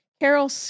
Carol